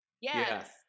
Yes